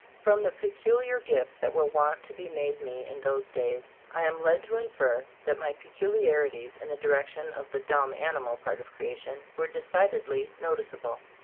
from the peculiar gifts that were wont to be made me in those days, i am led to infer that my peculiarities in the direction of the dumb animal part of creation, were decidedly no ticeable.